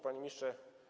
Panie Ministrze!